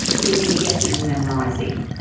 he'd been guessing and memorising.